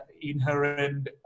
inherent